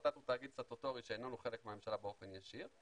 ות"ת הוא תאגיד סטטוטורי שהוא איננו חלק מהממשלה באופן ישיר,